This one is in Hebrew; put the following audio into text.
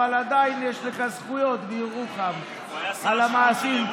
אבל עדיין יש לך זכויות בירוחם על המעשים,